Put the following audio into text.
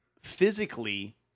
physically